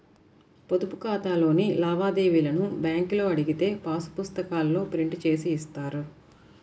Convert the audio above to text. పొదుపు ఖాతాలోని లావాదేవీలను బ్యేంకులో అడిగితే పాసు పుస్తకాల్లో ప్రింట్ జేసి ఇస్తారు